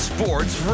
Sports